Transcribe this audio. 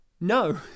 no